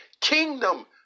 kingdom